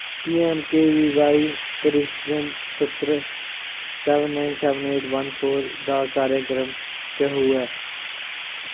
PMKVY प्रशिक्षण सत्र seven nine seven eight one four दा कार्यक्रम केहो ऐ